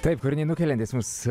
taip kūriniai nukeliantys mus